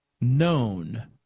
known